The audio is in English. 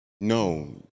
No